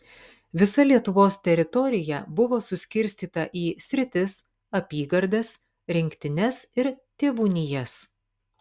visa lietuvos teritorija buvo suskirstyta į sritis apygardas rinktines ir tėvūnijas